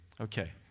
Okay